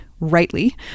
Rightly